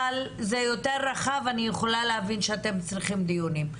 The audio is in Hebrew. אבל זה יותר רחב ואני יכולה להבין שאתם צריכים דיונים.